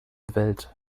welt